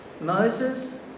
Moses